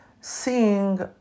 seeing